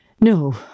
No